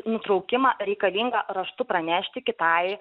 nutraukimą reikalinga raštu pranešti kitai